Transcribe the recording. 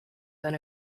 than